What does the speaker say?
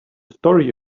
story